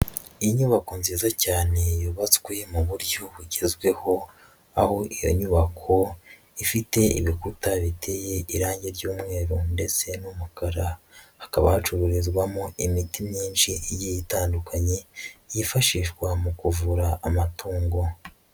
Inyubako nziza cyane yubatswe mu buryo bugezweho, aho iyo nyubako ifite ibikuta biteye irangi ry'umweru ndetse n'umukara, hakaba hacururizwamo imiti myinshi igiye itandukanye, yifashishwa mu kuvura amatungo.